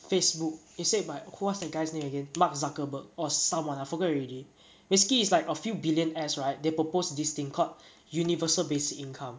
Facebook it's said by what's that guy's name again mark zuckerberg or someone I forgot already basically it's like a few billionaires right they proposed this thing called universal basic income